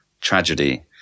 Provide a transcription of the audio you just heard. tragedy